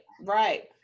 Right